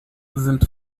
sind